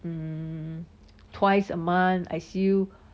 um twice a month I see you